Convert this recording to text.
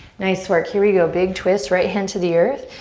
nice work, here we go. big twist, right hand to the earth.